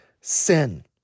sin